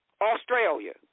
Australia